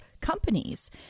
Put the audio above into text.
companies